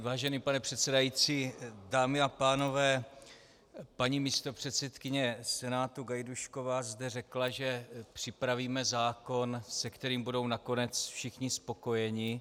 Vážený pane předsedající, dámy a pánové, paní místopředsedkyně Senátu Gajdůšková zde řekla, že připravíme zákon, se kterým budou nakonec všichni spokojeni.